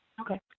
Okay